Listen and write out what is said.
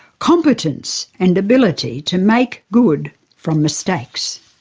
competence and ability to make good from mistakes.